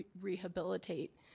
rehabilitate